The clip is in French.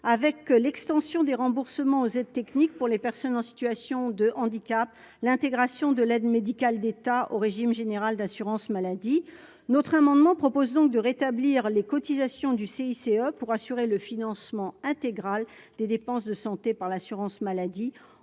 avec l'extension des remboursements aux aides techniques pour les personnes en situation de handicap, l'intégration de l'aide médicale d'État au régime général d'assurance maladie notre amendement propose donc de rétablir les cotisations du CICE pour assurer le financement intégral des dépenses de santé, par l'assurance maladie